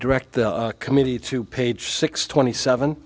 direct the committee to page six twenty seven